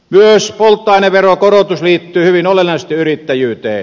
myös polttoaineveron korotus liittyy hyvin olennaisesti yrittäjyyteen